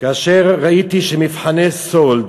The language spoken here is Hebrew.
כאשר ראיתי שמבחני סאלד,